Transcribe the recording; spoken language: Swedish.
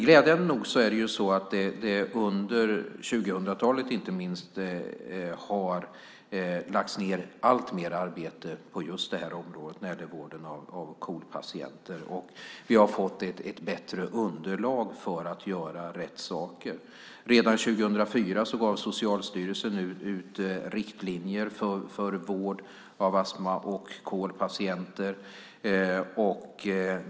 Glädjande nog har inte minst under 2000-talet alltmer arbete lagts ned på just det här området, alltså på vården av KOL-patienter. Vi har fått ett bättre underlag för att göra de rätta sakerna. Redan 2004 gav Socialstyrelsen ut riktlinjer för vård av astma och KOL-patienter.